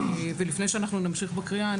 לפני שנמשיך בקריאה,